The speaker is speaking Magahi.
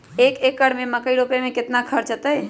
एक एकर में मकई रोपे में कितना खर्च अतै?